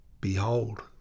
Behold